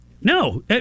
No